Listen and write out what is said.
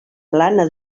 plana